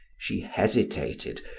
she hesitated,